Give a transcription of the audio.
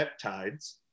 peptides